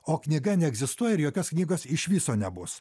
o knyga neegzistuoja ir jokios knygos iš viso nebus